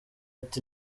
ati